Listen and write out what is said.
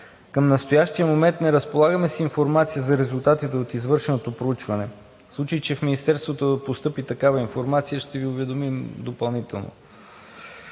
Към настоящия момент не разполагаме с информация за резултатите от извършеното проучване. В случай че в Министерството постъпи такава информация, ще Ви уведомим допълнително.